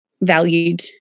valued